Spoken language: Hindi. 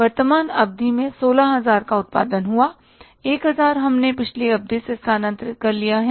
वर्तमान अवधि में 16000 का उत्पादन हुआ 1000 हमने पिछली अवधि से स्थानांतरित कर लिया है